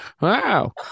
Wow